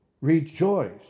rejoice